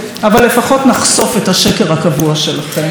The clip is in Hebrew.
אבל לפחות נחשוף את השקר הקבוע שלכם.